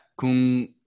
kung